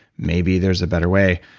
maybe there's a better way.